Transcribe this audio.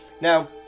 Now